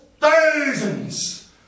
thousands